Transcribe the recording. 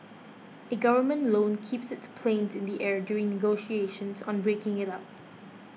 a government loan kept its planes in the air during negotiations on breaking it up